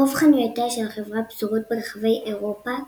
רוב חנויותיה של החברה פזורות ברחבי אירופה,